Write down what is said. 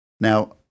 Now